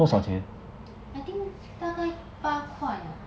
like I think 大概八块啊